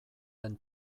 den